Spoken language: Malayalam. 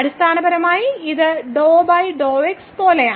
അടിസ്ഥാനപരമായി ഇത് ∂ ∂x പോലെയാണ്